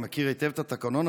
אני מכיר היטב את התקנון.